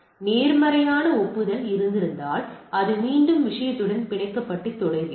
நேர்மறையான ஒப்புதல் இருந்தால் அது மீண்டும் விஷயத்துடன் பிணைக்கப்பட்டு தொடர்கிறது